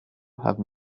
have